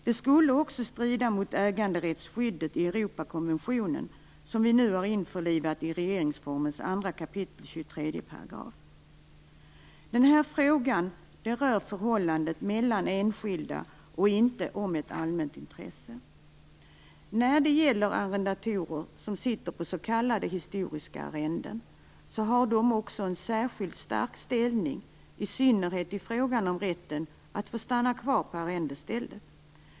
Det skulle också strida mot äganderättsskyddet i Europakonventionen, som vi nu har införlivat i regeringsformens Den här frågan rör förhållandet mellan enskilda och inte ett allmänt intresse. När det gäller arrendatorer som sitter på s.k. historiska arrenden har de en särskilt stark ställning, i synnerhet i frågan om rätten att få stanna kvar på arrendestället.